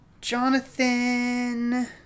Jonathan